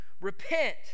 repent